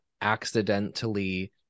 accidentally